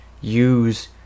use